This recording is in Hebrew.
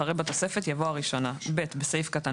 אחרי "בתוספת" יבוא "הראשונה"; (ב)בסעיף קטן